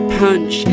punch